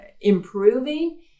improving